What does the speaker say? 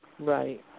Right